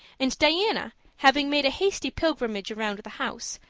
and diana, having made a hasty pilgrimage around the house,